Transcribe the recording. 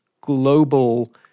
global